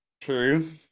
True